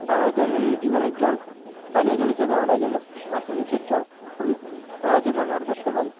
বা আমাদের দৈনন্দিন জীবনের জল পানীয় জল হিসাবে আমরা ওই জন্য মাটির নীচের জল খুবই সহজে ব্যবহার করতে পারি